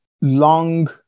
long